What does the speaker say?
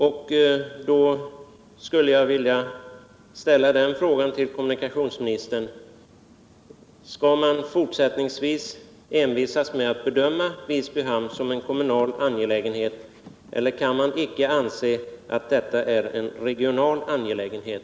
Jag skulle vilja ställa ett par frågor till kommunikationsministern: Skall man fortsättningsvis envisas med att bedöma Visby hamn som en kommunal angelägenhet? Kan man inte anse att detta är en regional angelägenhet?